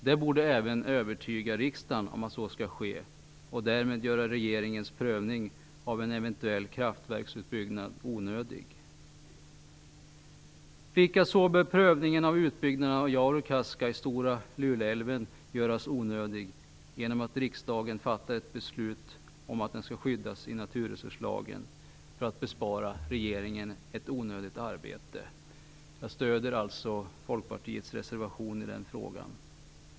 Det borde även övertyga riksdagen om att så skall ske och därmed göra regeringens prövning av en eventuell kraftverksutbyggnad onödig. Likaså bör prövningen av utbyggnaden av Jaurekaska i Stora Luleälven göras onödig genom att riksdagen fattar ett beslut om att den skall skyddas i naturresurslagen för att bespara regeringen ett onödigt arbete. Jag stöder alltså Folkpartiets reservation i den frågan.